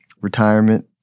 retirement